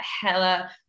hella